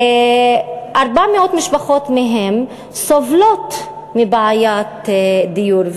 400 משפחות מהם סובלות מבעיית דיור,